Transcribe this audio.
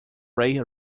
ray